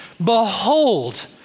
Behold